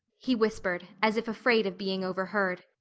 he whispered, as if afraid of being overheard,